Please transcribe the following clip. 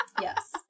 Yes